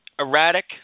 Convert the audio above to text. Erratic